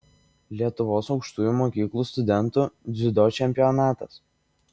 lietuvos aukštųjų mokyklų studentų dziudo čempionatas